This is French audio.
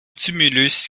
tumulus